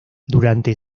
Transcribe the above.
durante